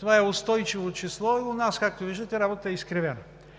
Това е устойчиво число, но у нас, както виждате, работата е изкривена.